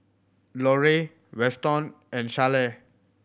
Lorie Weston and Sharleen